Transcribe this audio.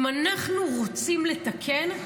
אם אנחנו רוצים לתקן,